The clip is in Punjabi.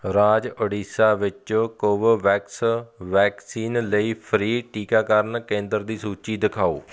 ਰਾਜ ਓਡੀਸ਼ਾ ਵਿੱਚ ਕੋਵੋਵੈਕਸ ਵੈਕਸੀਨ ਲਈ ਫ੍ਰੀ ਟੀਕਾਕਰਨ ਕੇਂਦਰ ਦੀ ਸੂਚੀ ਦਿਖਾਓ